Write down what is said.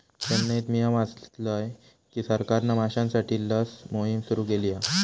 चेन्नईत मिया वाचलय की सरकारना माश्यांसाठी लस मोहिम सुरू केली हा